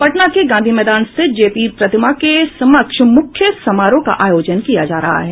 पटना के गांधी मैदान स्थित जेपी प्रतिमा के समक्ष मुख्य समारोह का आयोजन किया जा रहा है